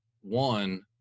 one